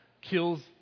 kills